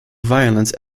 violence